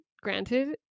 granted